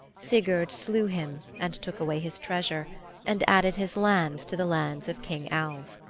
sigurd slew him and took away his treasure and added his lands to the lands of king alv.